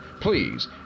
please